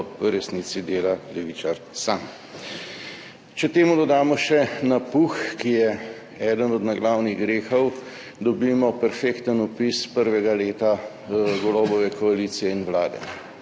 v resnici dela levičar sam. Če temu dodamo še napuh, ki je eden od naglavnih grehov, dobimo perfekten opis prvega leta Golobove koalicije in vlade.